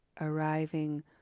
arriving